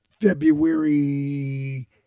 February